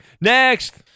Next